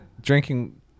drinking